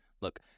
look